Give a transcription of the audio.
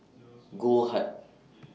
Goldheart